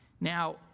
Now